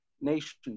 nation